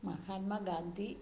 Mahatma Gandhi